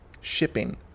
shipping